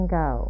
go